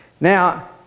Now